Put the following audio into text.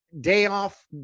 day-off